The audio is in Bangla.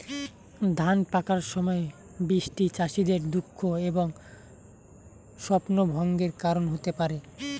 ধান পাকার সময় বৃষ্টি চাষীদের দুঃখ এবং স্বপ্নভঙ্গের কারণ হতে পারে